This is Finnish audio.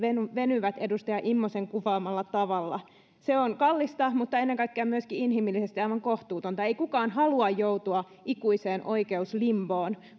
venyvät edustaja immosen kuvaamalla tavalla se on kallista mutta ennen kaikkea myöskin inhimillisesti aivan kohtuutonta ei kukaan halua joutua ikuiseen oikeuslimboon